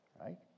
right